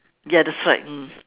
ya that's why mm